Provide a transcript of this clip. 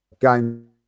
game